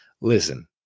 Listen